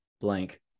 blank